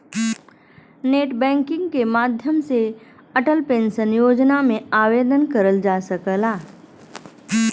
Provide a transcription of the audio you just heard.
net banking के माध्यम से अटल पेंशन योजना में आवेदन करल जा सकला